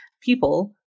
people